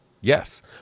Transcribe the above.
yes